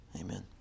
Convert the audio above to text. amen